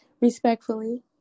respectfully